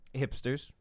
hipsters